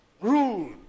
Ruled